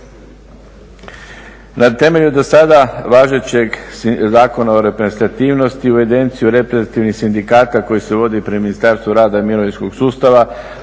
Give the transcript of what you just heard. Na temelju do sada važećeg Zakona o reprezentativnosti … reprezentativnih sindikata koji … pred Ministarstvu rada i mirovinskog sustava,